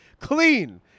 Clean